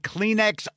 Kleenex